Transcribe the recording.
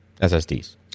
SSDs